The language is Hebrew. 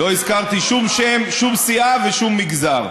לא הזכרתי שום שם, שום סיעה ושום מגזר.